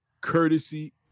courtesy